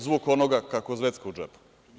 Zvuk onoga kako zvecka u džepu.